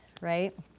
right